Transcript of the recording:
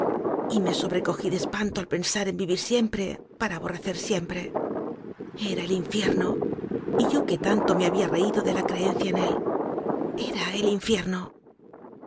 nie sobrecojí de espanto al pensar en vivir siempre para aborrecer siempre era el infierno y yo que tanto me había reído de la creencia en él era el infierno